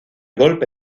golpe